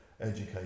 education